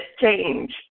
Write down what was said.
change